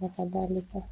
na kadhalika.